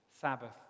Sabbath